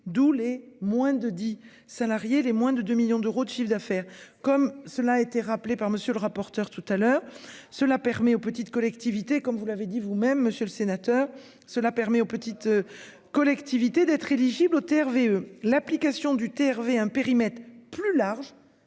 D'où les moins de 10 salariés les moins de 2 millions d'euros de chiffre d'affaires, comme cela a été rappelé par monsieur le rapporteur. Tout à l'heure, cela permet aux petites collectivités, comme vous l'avez dit vous-même monsieur le sénateur. Cela permet aux petites. Collectivités d'être éligible au TRV eux l'application du TRV un périmètre plus large.